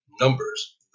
numbers